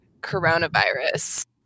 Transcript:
coronavirus